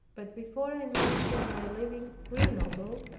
but before i mention my leaving grenoble,